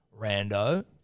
Rando